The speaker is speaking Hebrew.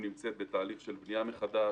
רח"ל נמצאת בתהליך של בנייה מחדש,